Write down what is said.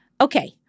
Okay